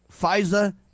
FISA